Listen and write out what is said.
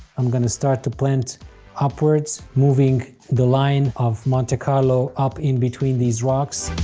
i'm gonna start to plant upwards, moving the line of monte carlo up, in-between these rocks.